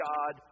God